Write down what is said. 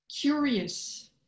curious